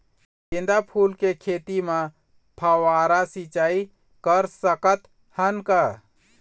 गेंदा फूल के खेती म फव्वारा सिचाई कर सकत हन का?